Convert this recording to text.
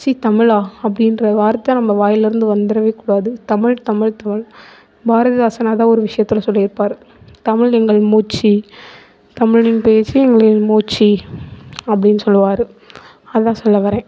சீ தமிழா அப்படின்ற வார்த்தை நம்ம வாய்லருந்து வந்துவிடவே கூடாது தமிழ் தமிழ் தமிழ் பாரதிதாசன் அதான் ஒரு விசயத்தில் சொல்லிருப்பார் தமிழ் எங்கள் மூச்சு தமிழ் என் பேச்சு எங்கள் மூச்சு அப்படின்னு சொல்லுவார் அதான் சொல்ல வரேன்